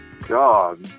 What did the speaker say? God